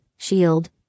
Shield